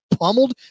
pummeled